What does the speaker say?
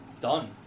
Done